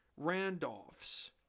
Randolph's